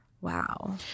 Wow